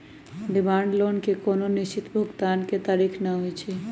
demand loan के कोनो निश्चित भुगतान के तारिख न होइ छइ